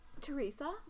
Teresa